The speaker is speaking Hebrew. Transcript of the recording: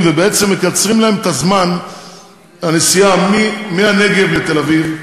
ובעצם מקצרים להם את זמן הנסיעה מהנגב לתל-אביב,